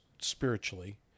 spiritually